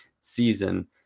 season